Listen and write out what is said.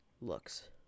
looks